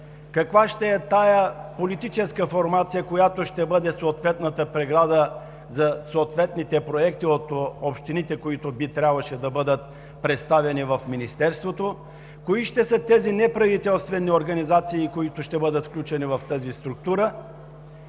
каква ще е тази политическа формация, която ще бъде съответната преграда за проектите от общините, които трябваше да бъдат представяни в Министерството; кои ще са тези неправителствени организации, които ще бъдат включени в тази структура;